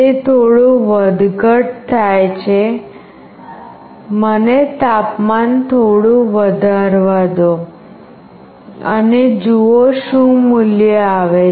તે થોડું વધઘટ થાય છે મને તાપમાન થોડું વધારવા દો અને જુઓ શું મૂલ્ય આવે છે